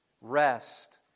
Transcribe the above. rest